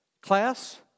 class